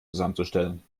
zusammenzustellen